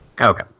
Okay